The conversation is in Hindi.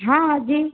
हाँ जी